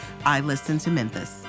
IListenToMemphis